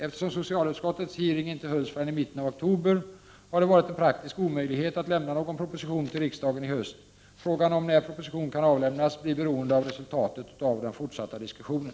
Eftersom socialutskottets hearing inte hölls förrän i mitten av oktober har det varit en praktisk omöjlighet att lämna någon proposition till riksdagen i höst. Frågan om när proposition kan avlämnas blir beroende av resultatet av den fortsatta diskussionen.